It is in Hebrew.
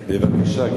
בבקשה,